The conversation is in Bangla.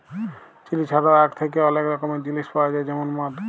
চিলি ছাড়াও আখ থ্যাকে অলেক রকমের জিলিস পাউয়া যায় যেমল মদ